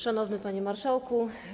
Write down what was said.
Szanowny Panie Marszałku!